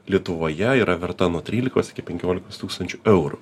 lietuvoje yra verta nuo trylikos iki penkiolikos tūkstančių eurų